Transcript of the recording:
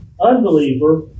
unbeliever